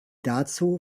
dazu